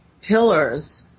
pillars